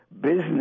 business